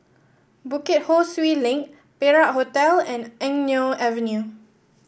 Bukit Ho Swee Link Perak Hotel and Eng Neo Avenue